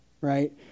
right